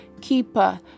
keeper